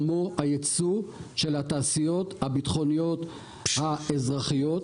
כמו הייצוא של התעשיות הביטחוניות האזרחיות.